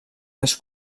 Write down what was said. més